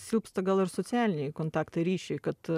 silpsta gal ir socialiniai kontaktai ryšiai kad